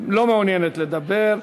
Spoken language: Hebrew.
לא מעוניינת לדבר,